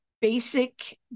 basic